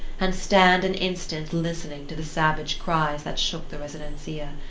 and stand an instant listening to the savage cries that shook the residencia.